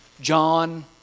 John